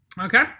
Okay